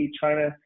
China